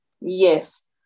Yes